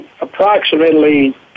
approximately